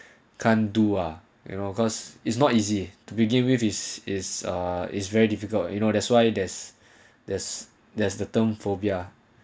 can't do ah in august is not easy to begin with is is ah is very difficult you know that's why there's there's there's the term phobia